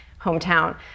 hometown